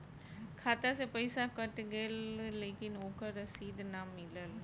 खाता से पइसा कट गेलऽ लेकिन ओकर रशिद न मिलल?